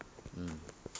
mm